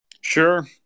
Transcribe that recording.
Sure